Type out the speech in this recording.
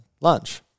lunch